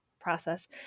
process